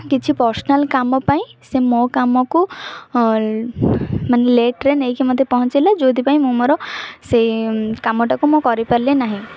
କିଛି ପର୍ସନାଲ୍ କାମ ପାଇଁ ସେ ମୋ କାମକୁ ମାନେ ଲେଟ୍ରେ ନେଇକି ମୋତେ ପହଞ୍ଚାଇଲା ଯେଉଁଥିପାଇଁ ମୁଁ ମୋର ସେଇ କାମଟାକୁ ମୁଁ କରିପାରିଲି ନାହିଁ